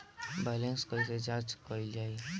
Balance कइसे जांच कइल जाइ?